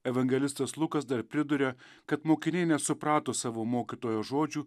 evangelistas lukas dar priduria kad mokiniai nesuprato savo mokytojo žodžių